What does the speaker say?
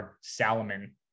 Salomon